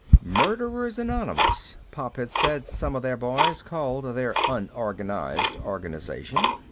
murderers anonymous, pop had said some of their boys called their unorganized organization.